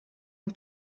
and